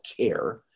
care